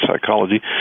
psychology